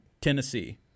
Tennessee